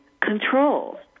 control